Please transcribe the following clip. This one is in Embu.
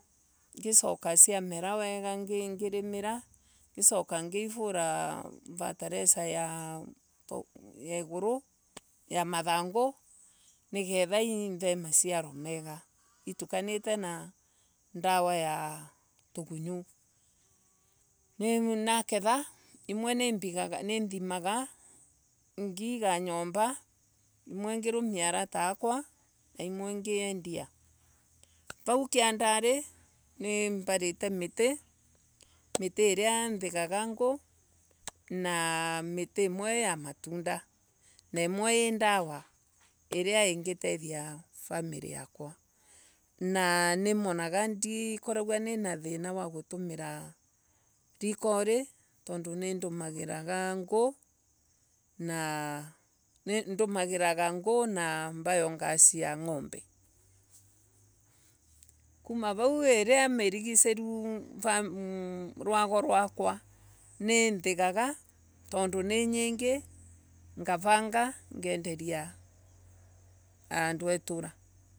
Ngicoka ciamera weaa ngirimira. ngisoka ngiivura ferterliser ya toe ya iguru ya mathango. Nigetha ive maciaro mega. Itukanire na ndawa ya tugunyo. Naketha imwe nimbigaga nyomba. Imwe ngirumia arata akwa na imwe ngiendia. Vau kiandari nimbigite miti miti iria thegaga ngu na miti imwe ya matunda na imwe i ndawa na nimonaga ndi thina wa kutumira mkari. tondu ndumagira ngu na biogas ya ngombe. Kuma vau iria iriaisiritie rwago rwakwa nithigaga tondu ninyiingi. Ngaranga ngenderia andu e itura.